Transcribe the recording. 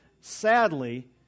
sadly